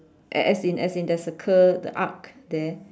as as in as in there is a curve the arc there